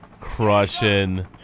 crushing